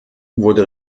wurde